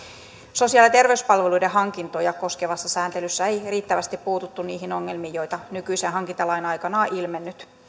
sosiaali ja terveyspalveluiden hankintoja koskevassa sääntelyssä ei riittävästi puututtu niihin ongelmiin joita nykyisen hankintalain aikana on ilmennyt